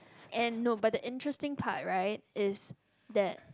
and no but the interesting part right is that